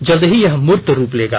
जल्द ही यह मूर्त रूप लेगा